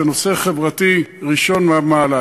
זה נושא חברתי ראשון במעלה.